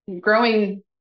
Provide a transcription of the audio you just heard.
growing